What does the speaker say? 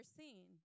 seen